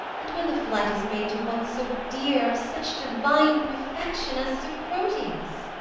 and when the flight is made to one so dear, of such divine perfection, as sir proteus.